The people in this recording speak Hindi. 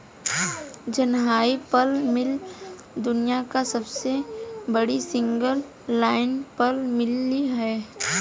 जिनहाई पल्प मिल दुनिया की सबसे बड़ी सिंगल लाइन पल्प मिल है